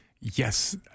Yes